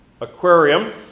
aquarium